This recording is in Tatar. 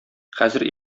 хәзер